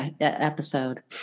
episode